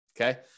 Okay